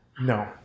No